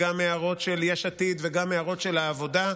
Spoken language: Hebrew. וגם הערות של יש עתיד וגם הערות של העבודה.